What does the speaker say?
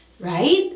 right